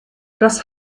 das